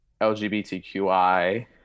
LGBTQI